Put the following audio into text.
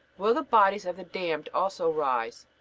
will the bodies of the damned also rise?